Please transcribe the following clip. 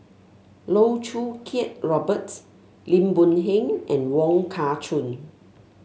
Loh Choo Kiat Robert Lim Boon Heng and Wong Kah Chun